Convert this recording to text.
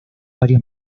varios